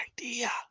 idea